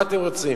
מה אתם רוצים?